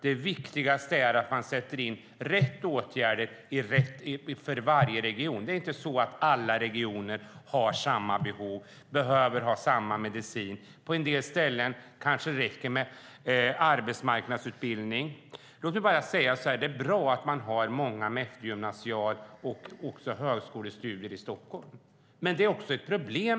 Det viktigaste är att man sätter in rätt åtgärder för varje region. Alla regioner har inte samma behov och behöver inte ha samma medicin. På en del ställen kanske det räcker med arbetsmarknadsutbildning. Låt mig bara säga att det är bra att man har många med eftergymnasial utbildning och högskolestudier i Stockholm, men det är också ett problem.